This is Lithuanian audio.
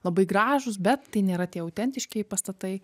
labai gražūs bet tai nėra tie autentiškieji pastatai